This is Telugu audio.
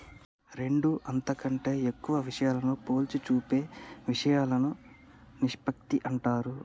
రెండు అంతకంటే ఎక్కువ విషయాలను పోల్చి చూపే ఇషయాలను నిష్పత్తి అంటారు